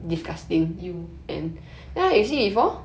!eww!